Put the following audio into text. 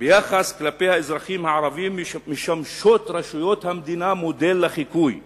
"ביחס כלפי האזרחים הערבים משמשות רשויות המדינה מודל לחיקוי חברתי".